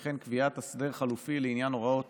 וכן קביעת הסדר חלופי לעניין הוראות